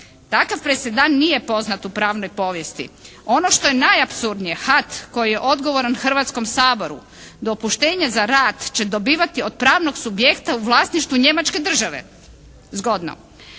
Takav presedan nije poznat u pravnoj povijesti. Ono što je najapsurdnije HAT koji je odgovoran Hrvatskom saboru dopuštenja za rad će dobivati od pravnog subjekta u vlasništvu njemačke države. Zgodno.